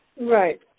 Right